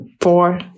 four